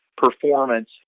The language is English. Performance